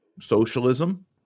socialism